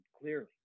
clearly